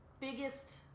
biggest